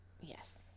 Yes